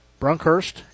Brunkhurst